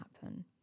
happen